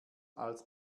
als